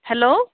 hello